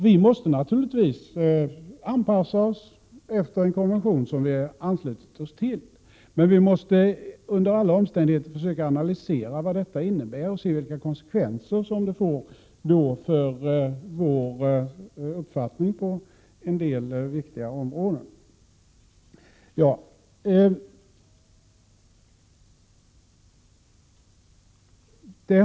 Vi måste naturligtvis anpassa oss efter en konvention som vi har anslutit oss till, men vi måste under alla omständigheter försöka analysera vad detta innebär och vilka konsekvener det får för vår uppfattning på en del viktiga områden.